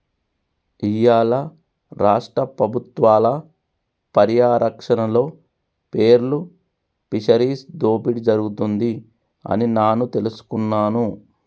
ఇయ్యాల రాష్ట్ర పబుత్వాల పర్యారక్షణలో పేర్ల్ ఫిషరీస్ దోపిడి జరుగుతుంది అని నాను తెలుసుకున్నాను